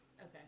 okay